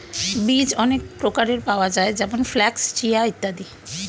বীজ অনেক প্রকারের পাওয়া যায় যেমন ফ্ল্যাক্স, চিয়া ইত্যাদি